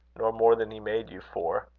nor more than he made you for.